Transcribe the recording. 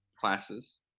classes